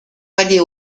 palais